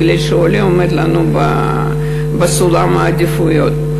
מפני שהעולה עומד בראש סולם העדיפויות שלנו.